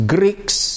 Greeks